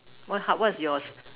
what hard what's yours